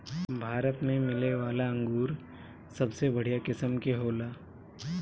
भारत में मिलेवाला अंगूर सबसे बढ़िया किस्म के होला